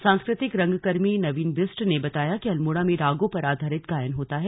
सांस्कृतिक रंगकर्मी नवीन बिष्ट ने बताया कि अल्मोड़ा में रार्गो पर आधारित गायन होता है